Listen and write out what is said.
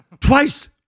Twice